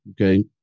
Okay